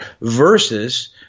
versus